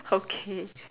okay